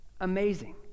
amazing